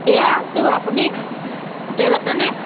এয়া আছোঁ আপুনি হোটেলতেনে